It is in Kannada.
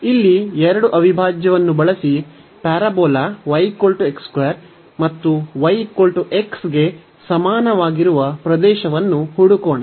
ಇಲ್ಲಿ ಎರಡು ಅವಿಭಾಜ್ಯವನ್ನು ಬಳಸಿ ಪ್ಯಾರಾಬೋಲಾ y ಮತ್ತು y x ಗೆ ಸಮಾನವಾಗಿರುವ ಪ್ರದೇಶವನ್ನು ಹುಡುಕೋಣ